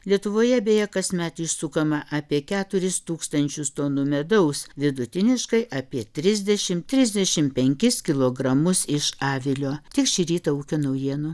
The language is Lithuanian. lietuvoje beje kasmet išsukama apie keturis tūkstančius tonų medaus vidutiniškai apie trisdešimt trisdešimt penkis kilogramus iš avilio tiek šį rytą ūkio naujienų